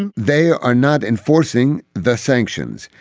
and they are not enforcing the sanctions.